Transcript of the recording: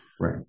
Right